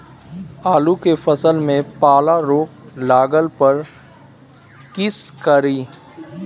आलू के फसल मे पाला रोग लागला पर कीशकरि?